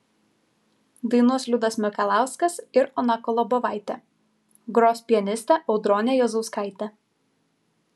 dainuos liudas mikalauskas ir ona kolobovaitė gros pianistė audronė juozauskaitė